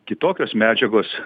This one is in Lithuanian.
kitokios medžiagos